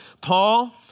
Paul